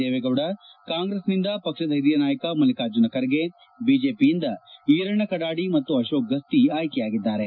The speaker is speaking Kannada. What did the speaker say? ದೇವೇಗೌಡ ಕಾಂಗ್ರೆಸ್ನಿಂದ ಪಕ್ಷದ ಹಿರಿಯ ನಾಯಕ ಮಲ್ಲಿಕಾರ್ಜುನ ಖರ್ಗೆ ಬಿಜೆಪಿಯಿಂದ ಈರಣ್ಡ ಕಡಾದಿ ಮತ್ತು ಅಶೋಕ್ ಗಸ್ತಿ ಆಯ್ಕೆ ಯಾಗಿದ್ದಾರೆ